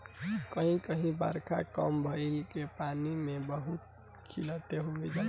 कही कही बारखा कम भईला से पानी के बहुते किल्लत हो जाला